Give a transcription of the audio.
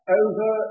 over